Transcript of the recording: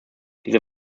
diese